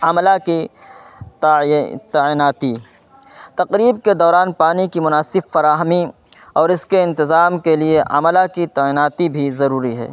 عملہ کی تعیناتی تقریب کے دوران پانی کی مناسب فراہمی اور اس کے انتظام کے لیے عملہ کی تعیناتی بھی ضروری ہے